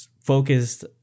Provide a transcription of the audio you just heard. focused